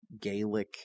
Gaelic